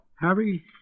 Harry